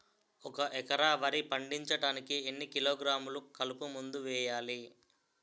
ఒక ఎకర వరి పండించటానికి ఎన్ని కిలోగ్రాములు కలుపు మందు వేయాలి?